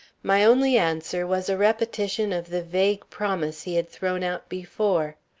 my only answer was a repetition of the vague promise he had thrown out before.